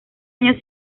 año